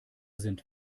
sind